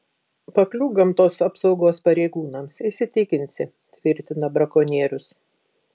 pakliūk gamtos apsaugos pareigūnams įsitikinsi tvirtina brakonierius